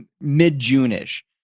mid-June-ish